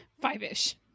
Five-ish